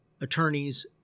attorneys